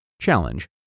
Challenge